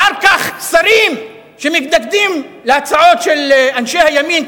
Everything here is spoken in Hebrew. אחר כך שרים שמתנגדים להצעות של אנשי הימין,